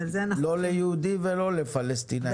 לא ליהודים ולא פלסטינאים.